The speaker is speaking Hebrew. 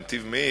"נתיב מאיר",